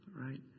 right